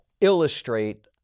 illustrate